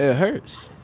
yeah hurts.